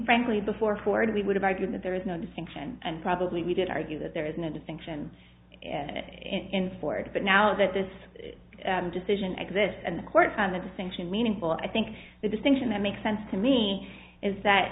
frankly before florida we would have argued that there is no distinction and probably we did argue that there isn't a distinction in ford but now that this decision exists and the courts and the distinction meaningful i think the distinction that makes sense to me is that